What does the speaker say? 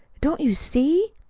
don't you see?